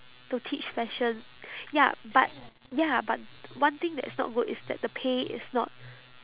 to teach fashion ya but ya but one thing that is not good is that the pay is not